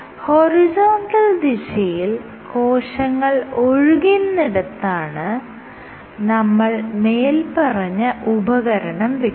horizontal ദിശയിൽ കോശങ്ങൾ ഒഴുകുന്നിടത്താണ് നമ്മൾ മേല്പറഞ്ഞ ഉപകരണം വെക്കുന്നത്